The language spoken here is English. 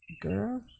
girl